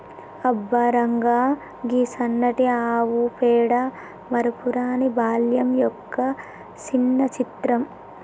అబ్బ రంగా, గీ సన్నటి ఆవు పేడ మరపురాని బాల్యం యొక్క సిన్న చిత్రం